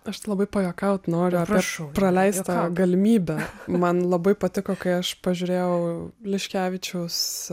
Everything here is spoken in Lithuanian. aš labai pajuokaut noriu apie praleistą galimybę man labai patiko kai aš pažiūrėjau liškevičiaus